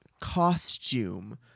costume